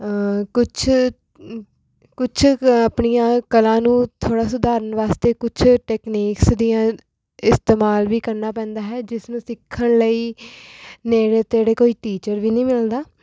ਕੁਛ ਕੁਛ ਕ ਆਪਣੀਆਂ ਕਲਾ ਨੂੰ ਥੋੜ੍ਹਾ ਸੁਧਾਰਨ ਵਾਸਤੇ ਕੁਛ ਟੈਕਨੀਕਸ ਦੀਆਂ ਇਸਤੇਮਾਲ ਵੀ ਕਰਨਾ ਪੈਂਦਾ ਹੈ ਜਿਸ ਨੂੰ ਸਿੱਖਣ ਲਈ ਨੇੜੇ ਤੇੜੇ ਕੋਈ ਟੀਚਰ ਵੀ ਨਹੀਂ ਮਿਲਦਾ